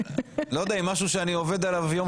לא יודע אם משהו שאני עובד עליו יום